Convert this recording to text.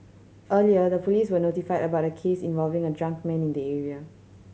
earlier the police were notified about a case involving a drunk man in the area